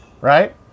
right